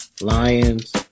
Lions